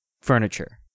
furniture